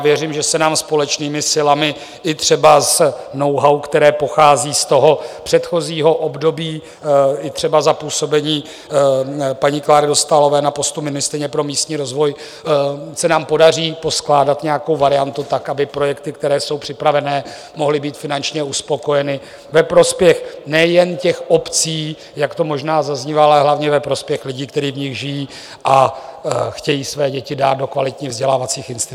Věřím, že se nám společnými silami, i třeba s know how, které pochází z předchozího období, i třeba za působení paní Kláry Dostálové na postu ministryně pro místní rozvoj, se nám podaří poskládat nějakou variantu tak, aby projekty, které jsou připravené, mohly být finančně uspokojeny ve prospěch nejen obcí, jak to možná zaznívá, ale hlavně ve prospěch lidí, kteří v nich žijí a chtějí své děti dát do kvalitních vzdělávacích institucí.